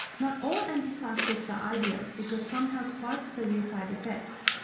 not all antipsychotics are ideal because some have quite severe side-effects.